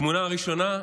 תמונה ראשונה,